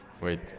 Wait